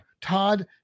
Todd